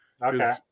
Okay